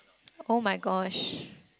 oh-my-gosh